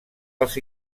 els